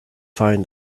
find